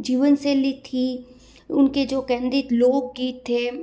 जीवनशैली थी उन के जो केंद्रित लोकगीत थे और